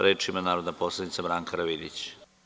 Reč ima narodna poslanica Branka Karavidić.